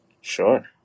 Sure